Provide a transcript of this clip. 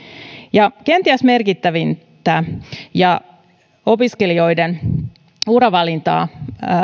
ja kenties merkittävintä ja opiskelijoiden uravalintaa